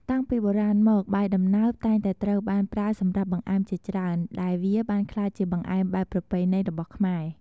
តាំងពីបុរាណមក បាយដំណើបតែងតែត្រូវបានប្រើសម្រាប់បង្អែមជាច្រើន ដែលវាបានក្លាយជាបង្អែមបែបប្រពៃណីរបស់ខ្មែរ។